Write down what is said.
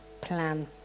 plan